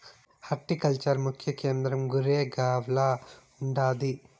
horticulture ముఖ్య కేంద్రం గురేగావ్ల ఉండాది